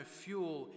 fuel